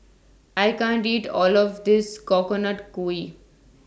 I can't eat All of This Coconut Kuih